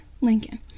Lincoln